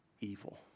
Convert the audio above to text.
evil